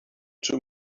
two